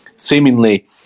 Seemingly